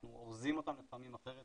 אנחנו אורזים אותם לפעמים אחרת